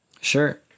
Sure